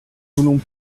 voulons